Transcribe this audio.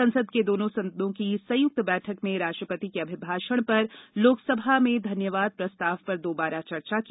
संसद के दोनों सदनों की संयुक्त बैठक में राष्ट्रपति के अभिभाषण पर लोकसभा में धन्यवाद प्रस्ताव पर दोबारा चर्चा की